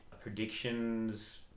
predictions